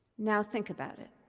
now think about it.